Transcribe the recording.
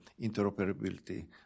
interoperability